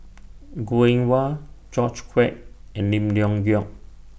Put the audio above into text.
Goh Eng Wah George Quek and Lim Leong Geok